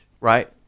right